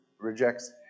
rejects